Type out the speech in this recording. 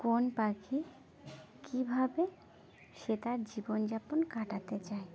কোন পাখি কী ভাবে সে তার জীবন যাপন কাটাতে চায়